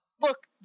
Look